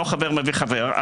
לא חבר מביא חבר.